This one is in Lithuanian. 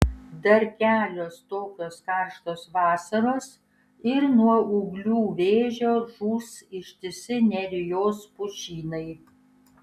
dar kelios tokios karštos vasaros ir nuo ūglių vėžio žus ištisi nerijos pušynai